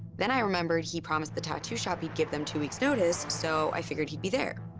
then i remembered he promised the tattoo shop he'd give them two weeks' notice, so i figured he'd be there.